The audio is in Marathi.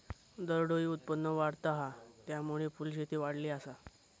दरडोई उत्पन्न वाढता हा, त्यामुळे फुलशेती वाढली आसा